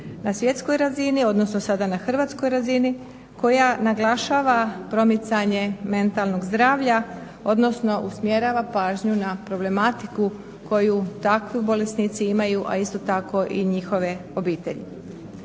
na svjetskoj razini, odnosno sada na hrvatskoj razini koja naglašava promicanje mentalnog zdravlja, odnosno usmjerava pažnju na problematiku koju takvi bolesnici imaju, a isto tako njihove obitelji.